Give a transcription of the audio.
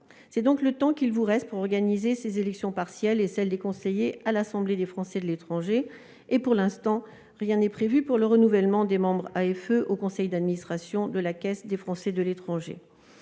c'est donc le temps qu'il vous reste pour organiser ces élections partielles et celles des conseillers à l'Assemblée des Français de l'étranger (AFE). Et pour l'instant, rien n'est prévu pour le renouvellement des membres AFE au conseil d'administration de la caisse des Français de l'étranger.